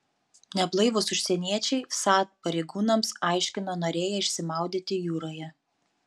neblaivūs užsieniečiai vsat pareigūnams aiškino norėję išsimaudyti jūroje